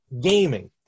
gaming